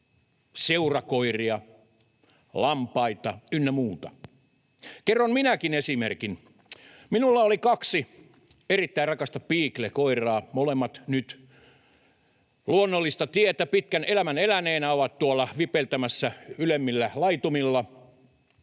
seurakoiria, lampaita ynnä muita. Minäkin kerron esimerkin: Minulla oli kaksi erittäin rakasta beagle-koiraa, molemmat nyt luonnollista tietä, pitkän elämän eläneenä ovat tuolla vipeltämässä ylemmillä laitumilla.